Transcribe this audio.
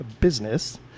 business